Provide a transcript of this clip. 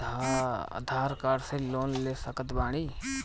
आधार card से loan ले सकत बणी?